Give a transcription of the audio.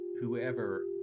Whoever